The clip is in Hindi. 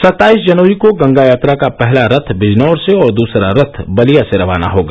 सत्ताईस जनवरी को गंगा यात्रा का पहला रथ बिजनौर से और दूसरा रथ बलिया से रवाना होगा